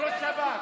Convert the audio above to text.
את ראש השב"כ.